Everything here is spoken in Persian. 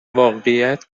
واقعیت